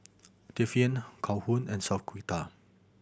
Tiffanie Calhoun and Shaquita